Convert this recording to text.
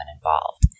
involved